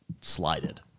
slided